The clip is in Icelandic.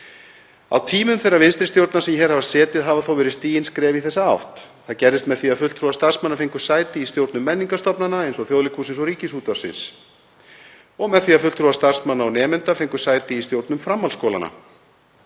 Á tímum þeirra vinstri stjórna sem hér hafa setið hafa þó verið stigin skref í þessa átt. Það gerðist með því að fulltrúar starfsmanna fengu sæti í stjórnum menningarstofnana eins og Þjóðleikhússins og Ríkisútvarpsins og með því að fulltrúar starfsmanna og nemenda fengu sæti í stjórnum framhaldsskólanna.